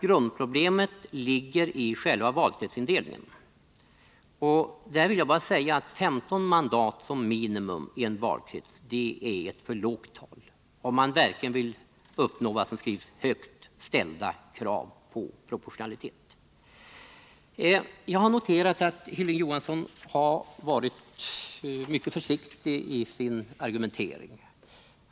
Grundproblemet ligger nämligen i själva valkretsindelningen, och där måste sägas att 15 mandat som minimum i en valkrets är ett för lågt tal om man verkligen vill uppnå högt ställda krav på proportionalitet. Jag har noterat att Hilding Johansson har varit mycket försiktig i sin argumentering.